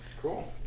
Cool